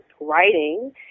writing